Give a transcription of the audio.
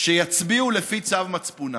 שיצביעו לפי צו מצפונם.